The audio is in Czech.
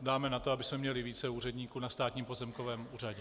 dáme na to, abychom měli více úředníků na Státním pozemkovém úřadě.